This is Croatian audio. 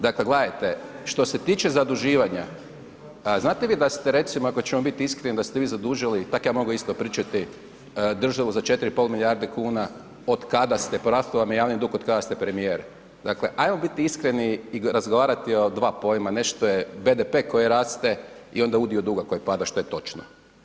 Dakle, gledajte što se tiče zaduživanja, znate vi da ste recimo ako ćemo biti iskreni da ste vi zadužili, tak ja mogu isto pričati, državu za 4,5 milijarde kuna od kada ste porastao vam je javni dug od kada ste premijer, dakle ajmo biti iskreni i razgovarati o dva pojma, nešto je BDP koji raste i onda udio duga koji pada što je točno.